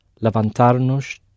levantarnos